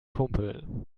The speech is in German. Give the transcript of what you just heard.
kumpel